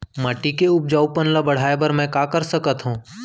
माटी के उपजाऊपन ल बढ़ाय बर मैं का कर सकथव?